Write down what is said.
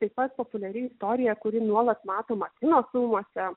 taip pat populiari istorija kuri nuolat matoma kino filmuose